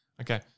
Okay